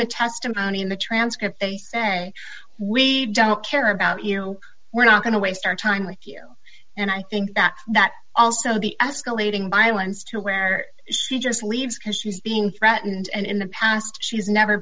the testimony in the transcript they say we don't care about you we're not going to waste our time with you and i think that that also be escalating violence to where she just leaves because she's being threatened and in the past she's never